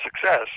success